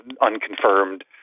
unconfirmed